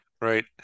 right